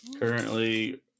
Currently